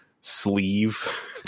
sleeve